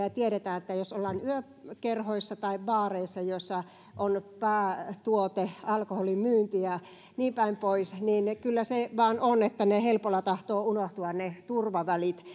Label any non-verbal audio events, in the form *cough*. *unintelligible* ja tiedetään että jos ollaan yökerhoissa tai baareissa joissa on päätuote alkoholin myynti ja niin päin pois niin kyllä se vain on niin että helpolla tahtovat unohtua ne turvavälit